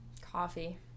Coffee